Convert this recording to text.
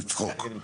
זה צחוק.